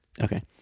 Okay